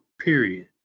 period